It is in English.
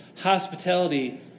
hospitality